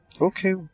okay